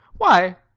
why,